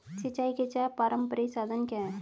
सिंचाई के चार पारंपरिक साधन क्या हैं?